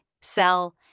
sell